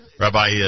Rabbi